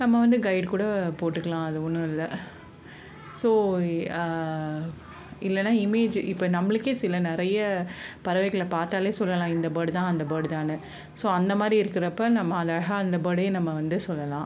நம்ம வந்து கைடு கூட போட்டுக்கலாம் அது ஒன்றும் இல்லை ஸோ இல்லைனா இமேஜி இப்போ நம்மளுக்கே சில நிறைய பறவைகளை பார்த்தாலே சொல்லலாம் இந்த பேர்டு தான் அந்த பேர்டு தானு ஸோ அந்தமாதிரி இருக்கிறப்ப நம்ம அத அழகா அந்த ஃபேர்டயே நம்ம வந்து சொல்லலாம்